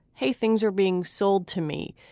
hey, things are being sold to me,